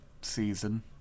season